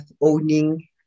owning